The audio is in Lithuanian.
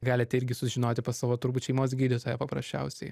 galite irgi sužinoti pas savo turbūt šeimos gydytoją paprasčiausiai